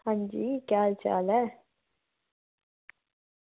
हां जी केह् हाल चाल ऐ